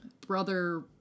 brother